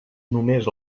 només